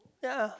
ya